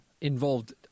involved